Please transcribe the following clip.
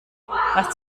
was